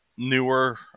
newer